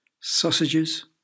Sausages